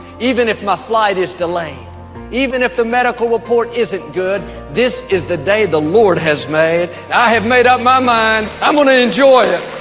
even if my flight is delayed even if the medical report isn't good. this is the day the lord has made i have made up my mind. i'm gonna enjoy it